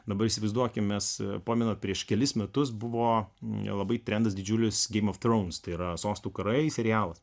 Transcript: dabar įsivaizduokim mes pamenu prieš kelis metus buvo labai trendas didžiulis game of thrones tai yra sostų karai serialas